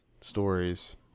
stories